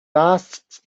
last